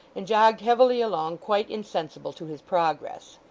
and jogged heavily along, quite insensible to his progress.